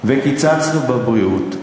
וקיצצנו בבריאות,